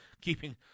keeping